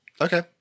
Okay